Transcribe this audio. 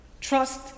Trust